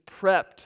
prepped